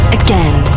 again